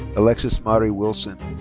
alexis mari wilson.